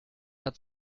hat